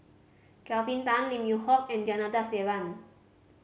Kelvin Tan Lim Yew Hock and Janadas Devan